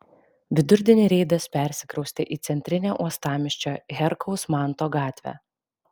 vidurdienį reidas persikraustė į centrinę uostamiesčio herkaus manto gatvę